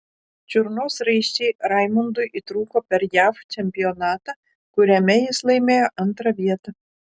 čiurnos raiščiai raimundui įtrūko per jav čempionatą kuriame jis laimėjo antrą vietą